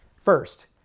First